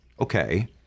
Okay